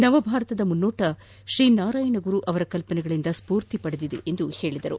ನವ ಭಾರತದ ಮುನ್ನೋಟವು ಶ್ರೀ ನಾರಾಯಣ ಗುರು ಅವರ ಕಲ್ಪನೆಗಳಿಂದ ಸ್ಪೂರ್ತಿ ಪಡೆದಿದೆ ಎಂದು ತಿಳಿಸಿದರು